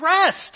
rest